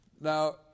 Now